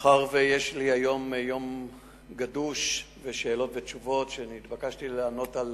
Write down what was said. מאחר שיש לי היום יום גדוש ושאלות ותשובות שנתבקשתי לענות על